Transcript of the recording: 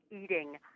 eating